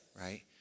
right